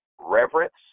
reverence